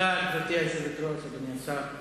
גברתי היושבת-ראש, תודה, אדוני השר,